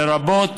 לרבות